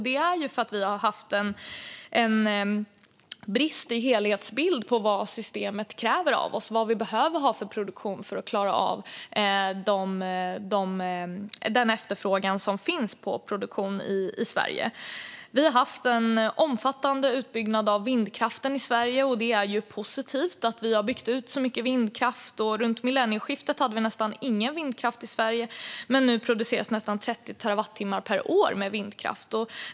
Det beror på att vi har haft en bristande helhetsbild av vad systemet kräver av oss och vilken produktion vi behöver ha för att klara av den efterfrågan som finns på produktion i Sverige. Vi har haft en omfattande utbyggnad av vindkraften i Sverige, och det är ju positivt att vi har byggt ut så mycket vindkraft. Runt millennieskiftet hade vi nästan ingen vindkraft i Sverige, men nu produceras nästan 30 terawattimmar per år med vindkraft.